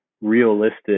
realistic